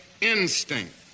instinct